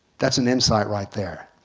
that's an insight right there.